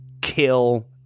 kill